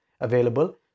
available